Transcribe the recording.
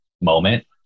moment